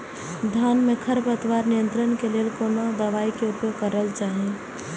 धान में खरपतवार नियंत्रण के लेल कोनो दवाई के उपयोग करना चाही?